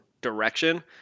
direction